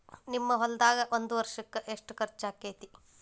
ನಿಮ್ಮ ಹೊಲ್ದಾಗ ಒಂದ್ ವರ್ಷಕ್ಕ ಎಷ್ಟ ಖರ್ಚ್ ಆಕ್ಕೆತಿ?